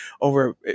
over